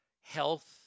health